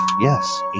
Yes